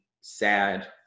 sad